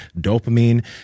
dopamine